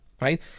right